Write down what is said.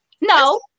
No